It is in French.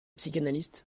psychanalistes